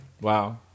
Wow